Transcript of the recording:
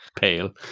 pale